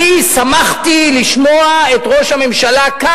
אני שמחתי לשמוע את ראש הממשלה אומר